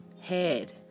head